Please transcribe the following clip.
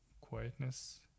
quietness